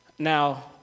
Now